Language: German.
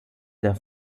der